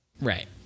right